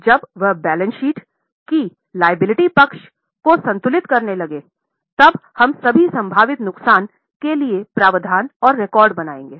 जब वह balance sheet की देयता पक्ष को संतुलित करने लगे तब हम सभी संभावित नुकसान के लिए प्रावधान और रिकॉर्ड बनाएंगे